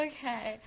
Okay